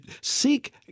seek